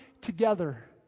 together